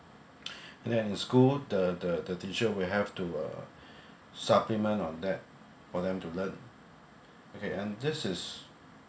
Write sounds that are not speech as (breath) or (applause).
(noise) and then in school the the the teacher will have to uh (breath) supplement on that for them to learn okay and this is